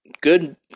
good